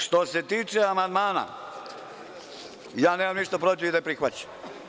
Što se tiče amandmana, ja nemam ništa protiv da bude prihvaćen.